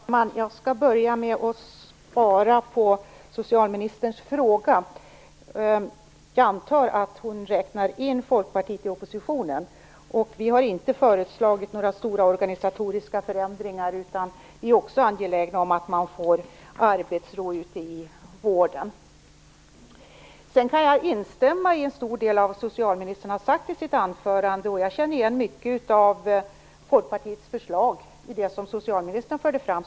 Fru talman! Jag skall börja med att spara på socialministerns fråga. Jag antar att hon räknar in Folkpartiet i oppositionen. Vi har inte föreslagit några stora organisatoriska förändringar, utan vi är också angelägna om att man får arbetsro ute i vården. Jag kan instämma i en stor del av vad socialministern sade i sitt anförande. Jag känner igen mycket av Folkpartiets förslag i det som socialministern förde fram.